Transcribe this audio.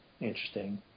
interesting